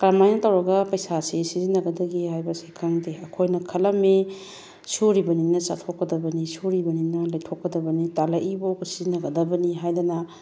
ꯀꯔꯝ ꯍꯥꯏꯅ ꯇꯧꯔꯒ ꯄꯩꯁꯥꯁꯦ ꯁꯤꯖꯤꯟꯅꯒꯗꯒꯦ ꯍꯥꯏꯕ ꯑꯁꯦ ꯈꯪꯗꯦ ꯑꯩꯈꯣꯏꯅ ꯈꯜꯂꯝꯃꯤ ꯁꯨꯔꯤꯕꯅꯤꯅ ꯆꯥꯊꯣꯛꯗꯕꯅꯤ ꯁꯨꯔꯤꯕꯅꯤꯅ ꯂꯩꯊꯣꯛꯀꯗꯕꯅꯤ ꯇꯥꯜꯂꯛꯏꯕ ꯐꯥꯎꯕ ꯁꯤꯖꯤꯟꯅꯒꯗꯕꯅꯤ ꯍꯥꯏꯗꯅ